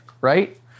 right